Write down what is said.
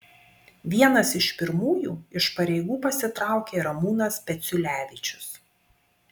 vienas pirmųjų iš pareigų pasitraukė ramūnas peciulevičius